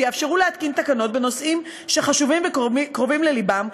שיאפשרו להתקין תקנות בנושאים חשובים וקרובים ללבם,